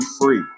free